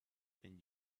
and